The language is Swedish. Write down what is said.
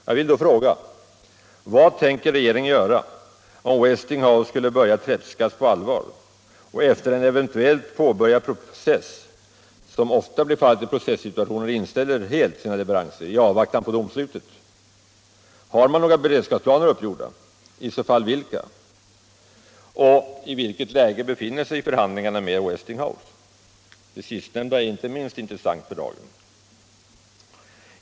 Jag vill då fråga: Vad tänker regeringen göra om Westinghouse skulle börja tredskas på allvar och efter en eventuellt påbörjad process, som ofta blir fallet i processituationer, helt inställa sina leveranser i avvaktan på domslutet? Har man några beredskapsplaner uppgjorda och i så fall vilka? I vilket läge befinner sig förhandlingarna med Westinghouse? Svaret på den sistnämnda frågan är inte minst intressant för dagen.